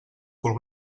cul